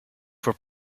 for